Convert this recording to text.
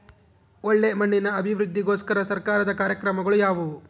ಒಳ್ಳೆ ಮಣ್ಣಿನ ಅಭಿವೃದ್ಧಿಗೋಸ್ಕರ ಸರ್ಕಾರದ ಕಾರ್ಯಕ್ರಮಗಳು ಯಾವುವು?